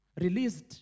released